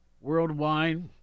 Worldwide